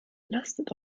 lastet